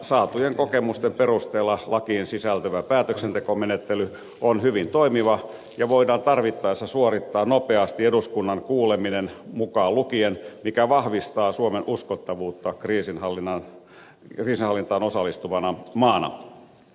saatujen kokemusten perus teella lakiin sisältyvä päätöksentekomenettely on hyvin toimiva ja voidaan tarvittaessa suorittaa nopeasti eduskunnan kuuleminen mukaan lukien mikä vahvistaa suomen uskottavuutta kriisinhallintaan osallistuvana maana